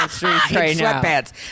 sweatpants